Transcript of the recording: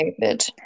David